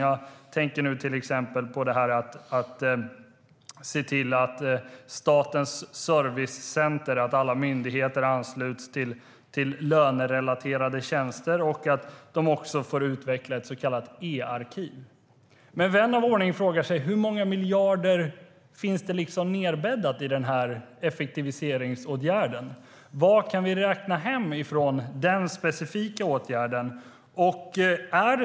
Jag tänker nu till exempel på det här med Statens servicecenter - att alla myndigheter ansluts till lönerelaterade tjänster och att de också får utveckla ett så kallat e-arkiv. Men vän av ordning frågar sig då hur många miljarder som finns nedbäddade i denna effektiviseringsåtgärd. Vad kan vi räkna hem från denna specifika åtgärd?